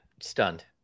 Stunned